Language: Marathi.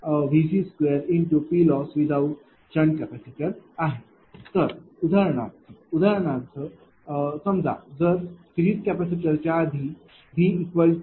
तर उदाहरणार्थ उदाहरणार्थ समजा जर सिरिज कॅपेसिटर च्या आधी V 0